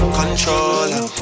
controller